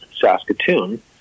Saskatoon